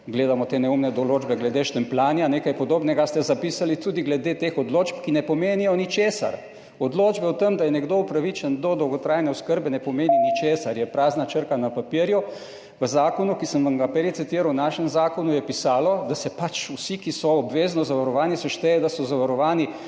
gledamo te neumne določbe glede štempljanja, nekaj podobnega ste zapisali tudi glede teh odločb, ki ne pomenijo ničesar. Odločba o tem, da je nekdo upravičen do dolgotrajne oskrbe, ne pomeni ničesar, je prazna črka na papirju. V zakonu, ki sem vam ga prej citiral, v našem zakonu, je pisalo, da se pač vsi, ki so obvezno zavarovani, štejejo, da so zavarovani